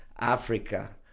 Africa